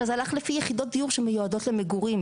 אבל זה הלך לפי יחידות דיור שמיועדות למגורים.